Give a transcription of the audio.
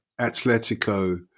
Atletico